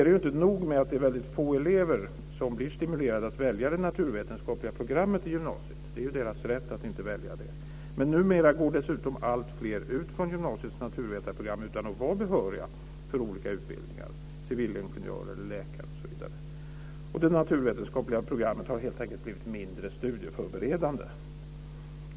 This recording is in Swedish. Det är inte nog med att det är väldigt få elever som blir stimulerade att välja det naturvetenskapliga programmet i gymnasiet - det är deras rätt att inte välja det - utan numera går dessutom alltfler ut från gymnasiets naturvetenskapliga program utan att vara behöriga för olika utbildningar - civilingenjörer, läkare osv. Det naturvetenskapliga programmet har helt enkelt blivit mindre studieförberedande.